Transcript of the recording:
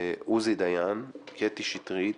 עוזי דיין, קטי שטרית,